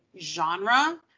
genre